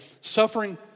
Suffering